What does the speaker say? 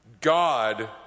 God